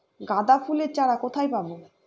গাঁদা ফুলের চারা কোথায় পাবো?